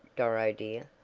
doro dear?